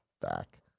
Back